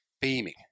beaming